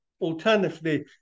Alternatively